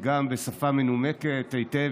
וגם בשפה מנומקת היטב,